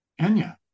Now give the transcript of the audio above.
Enya